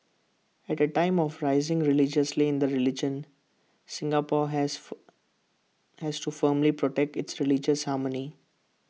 at A time of rising religiosity in the religion Singapore has fur has to firmly protect its religious harmony